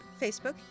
Facebook